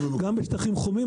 גם בשטחים חומים,